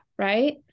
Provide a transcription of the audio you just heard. Right